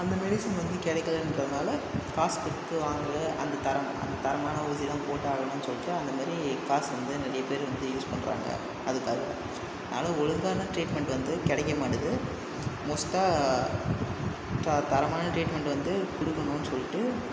அந்த மெடிசன் வந்து கிடைக்கலன்றதுனால காசு கொடுத்து வாங்குறதில் அந்த தரம் தரமான ஊசிதான் போட்டாகணும் சொல்லிட்டு அந்த மாரி காசு வந்து நிறையா பேர் வந்து யூஸ் பண்ணுறாங்க அதுக்கு ஆனால் ஒழுங்கான டிரீட்மெண்ட் வந்து கிடைக்க மாட்டுது மோஸ்ட்டாக தரமான டிரீட்மெண்ட் வந்து கொடுக்கணுன்னு சொல்லிட்டு